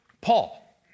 Paul